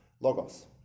Logos